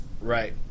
Right